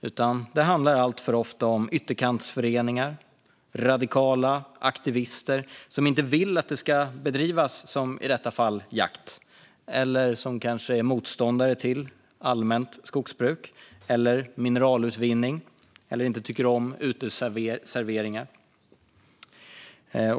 I stället handlar det alltför ofta om ytterkantsföreningar - radikala aktivister som, i detta fall, inte vill att det ska bedrivas jakt. Kanske är de motståndare till allmänt skogsbruk eller mineralutvinning, eller kanske tycker de inte om uteserveringar.